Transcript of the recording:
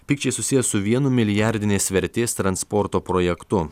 pykčiai susiję su vienu milijardinės vertės transporto projektu